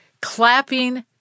clapping